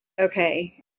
okay